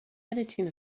editing